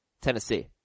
Tennessee